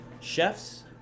Chefs